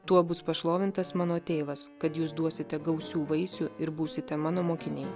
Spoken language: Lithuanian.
tuo bus pašlovintas mano tėvas kad jūs duosite gausių vaisių ir būsite mano mokiniai